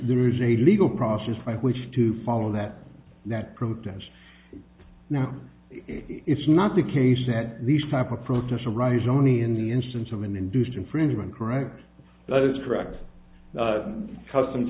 there is a legal process by which to follow that that protest now it's not the case that these type of protests arise only in the instance of an induced infringement correct those correct customs